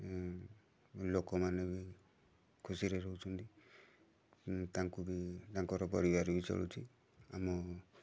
ଲୋକମାନେ ବି ଖୁସିରେ ରହୁଛନ୍ତି ତାଙ୍କୁ ବି ତାଙ୍କର ପରିବାର ବି ଚଳୁଛି ଆମ